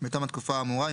בתום התקופה האמורה,